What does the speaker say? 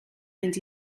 mynd